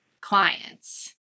clients